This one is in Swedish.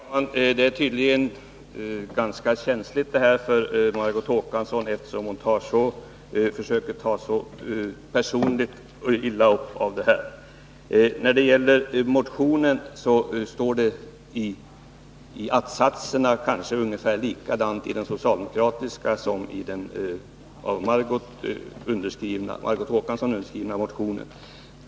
Herr talman! Det här är tydligen ganska känsligt för Margot Håkansson, eftersom hon personligt tar så illa upp. När det gäller motionerna är det kanske så att det står ungefär likadant i att-satserna i den socialdemokratiska och i den av Margot Håkansson underskrivna motionen.